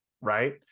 right